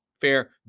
fair